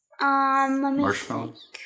Marshmallows